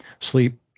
sleep